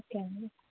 okay అండి